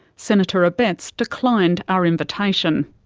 senator abetz declined our invitation.